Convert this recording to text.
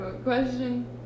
Question